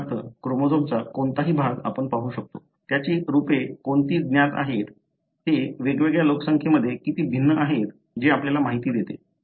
उदाहरणार्थ क्रोमोझोमचा कोणताही भाग आपण पाहू शकतो त्याची रूपे कोणती ज्ञात आहेत ते वेगवेगळ्या लोकसंख्येमध्ये किती भिन्न आहेत जे आपल्याला माहिती देते